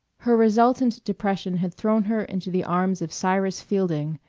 her resultant depression had thrown her into the arms of cyrus fielding,